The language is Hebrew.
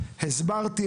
הסברתי,